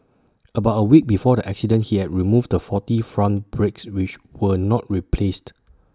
about A week before the accident he had removed the faulty front brakes which were not replaced